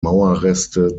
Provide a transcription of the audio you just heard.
mauerreste